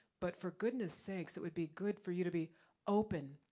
but for goodness sakes, it would be good for you to be open,